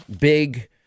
big